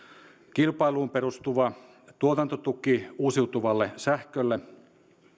kilpailuun perustuva tuotantotuki uusiutuvalle sähkölle